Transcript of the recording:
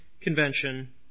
convention